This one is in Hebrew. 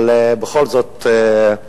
אבל בכל זאת,